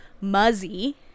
Muzzy